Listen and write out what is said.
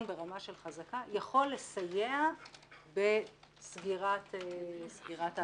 ברמה של חזקה יכול לסייע בסגירת המעגל.